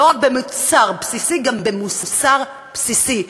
לא רק במוצר בסיסי, גם במוסר בסיסי.